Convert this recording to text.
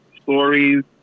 stories